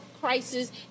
crisis